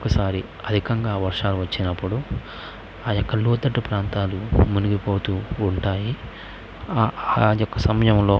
ఒకసారి అధికంగా వర్షాలు వచ్చినప్పుడు ఆ యొక్క లోతట్టు ప్రాంతాలు మునిగిపోతూ ఉంటాయి ఆ యొక్క సమయంలో